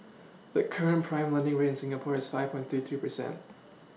the current prime lending rate in Singapore is five point thirty three percent